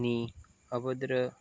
ની અભદ્ર